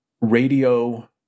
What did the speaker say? radio